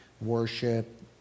worship